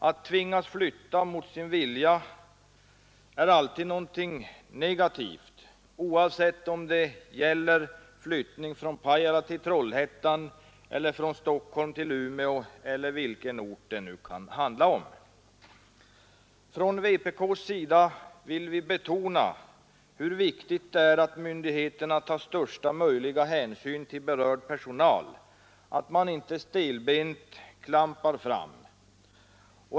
Att tvingas flytta mot sin vilja är alltid någonting negativt, oavsett det gäller flyttning från Pajala till Trollhättan, från Stockholm till Umeå eller vilken ort det nu kan handla om. Från vpk ss sida vill vi betona hur viktigt det är att myndigheterna tar största möjliga hänsyn till berörd personal, att man inte stelbent klampar fram.